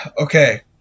Okay